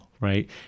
right